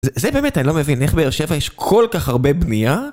זה..זה באמת, אני לא מבין, איך באר שבע יש כל כך הרבה בנייה?